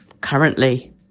currently